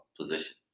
position